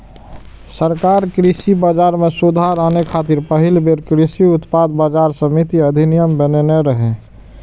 सरकार कृषि बाजार मे सुधार आने खातिर पहिल बेर कृषि उत्पाद बाजार समिति अधिनियम बनेने रहै